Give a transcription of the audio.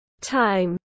time